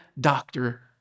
doctor